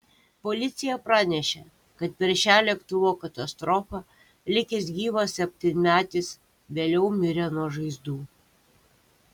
policija pranešė kad per šią lėktuvo katastrofą likęs gyvas septynmetis vėliau mirė nuo žaizdų